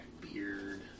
beard